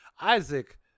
Isaac